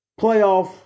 playoff